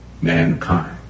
mankind